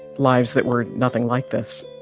lives that were nothing like this